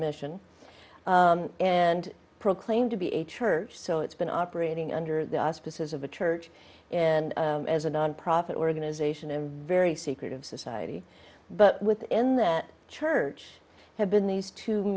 mission and proclaim to be a church so it's been operating under the auspices of the church and as a nonprofit organization in a very secretive society but within that church have been these two